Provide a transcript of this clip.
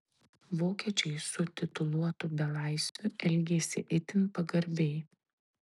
vokiečiai su tituluotu belaisviu elgėsi itin pagarbiai